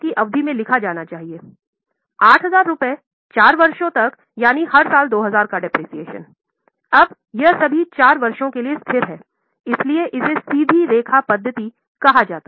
अब यह सभी 4 वर्षों के लिए स्थिर है इसीलिए इसे सीधी रेखा पद्धति कहा जाता है